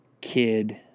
kid